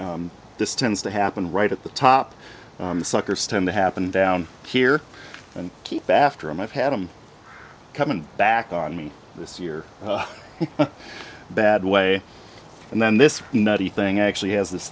it this tends to happen right at the top the suckers tend to happen down here and keep after i've had them coming back on me this year bad way and then this nutty thing actually has this